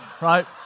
right